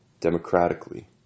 democratically